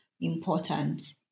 important